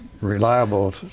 reliable